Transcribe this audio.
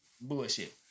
bullshit